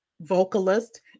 vocalist